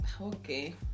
Okay